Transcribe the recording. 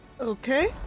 Okay